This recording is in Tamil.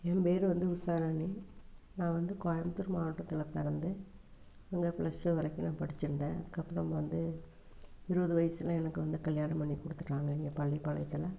என் பேர் வந்து உஷாராணி நான் வந்து கோயம்புத்தூர் மாவட்டத்தில் பிறந்தேன் அங்கே ப்ளஸ் டூ வரைக்குமே படிச்சிருந்தேன் அதுக்கப்புறம் வந்து இருபது வயசில் எனக்கு வந்து கல்யாணம் பண்ணி கொடுத்துட்டாங்க இங்கே பள்ளிபாளையத்தில்